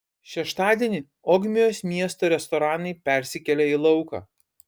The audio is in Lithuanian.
šeštadienį ogmios miesto restoranai persikėlė į lauką